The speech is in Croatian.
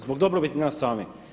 Zbog dobrobiti nas samih.